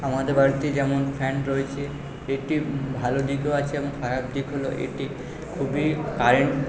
আমাদের বাড়িতে যেমন ফ্যান রয়েছে একটি ভালো দিকও আছে এবং খারাপ দিক হলো এটি খুবই কারেন্ট